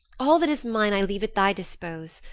all that is mine i leave at thy dispose,